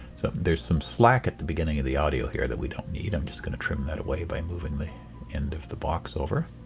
there's some slack at the beginning of the audio here that we don't need. i'm just going to trim that away by moving the end of the box over.